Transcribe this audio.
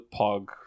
pog